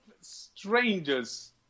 Strangers